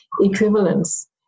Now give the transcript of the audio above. equivalence